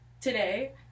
today